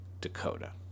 Dakota